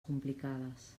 complicades